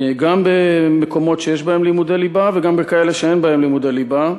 גם במקומות שיש בהם לימודי ליבה וגם בכאלה שאין בהם לימודי ליבה,